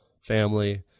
family